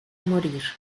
morir